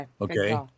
Okay